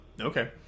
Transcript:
Okay